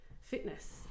fitness